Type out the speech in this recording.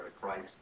Christ